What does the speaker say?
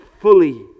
fully